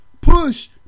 push